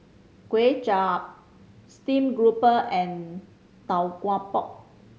Kway Chap steamed grouper and Tau Kwa Pau